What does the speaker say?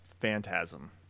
Phantasm